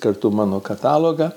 kartu mano katalogą